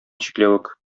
чикләвек